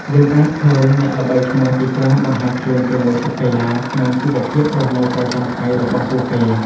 យើងអាចឃើញអ្នកល្បីឈ្មោះជាច្រើនបង្ហាញខ្លួនជាមួយឈុតកីឡាក្នុងជីវភាពរស់នៅប្រចាំថ្ងៃរបស់ពួកគេ។